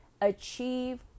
achieve